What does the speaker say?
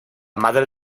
madre